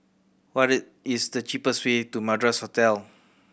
what is the cheapest way to Madras Hotel